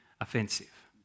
offensive